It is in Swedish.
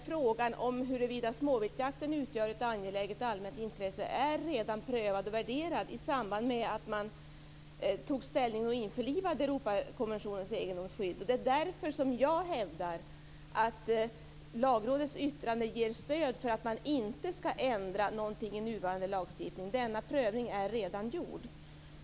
Frågan om huruvida småviltsjakten utgör ett angeläget allmänt intresse är redan prövad och värderad i samband med att man tog ställning till och införlivade Europakonventionens egendomsskydd. Det är därför jag hävdar att Lagrådets yttrande ger stöd för att man inte ska ändra någonting i nuvarande lagstiftning. Denna prövning är redan gjord.